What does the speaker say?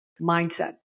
mindset